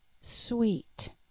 Sweet